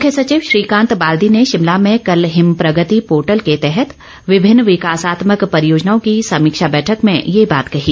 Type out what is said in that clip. मुख्य सचिव श्रीकांत बाल्दी ने शिमला में कल हिम प्रगति पोर्टल के तहत विभिन्न विकासात्मक परियोजनाओं की समीक्षा बैठक में यह बात कही